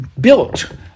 built